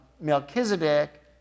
Melchizedek